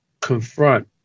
confront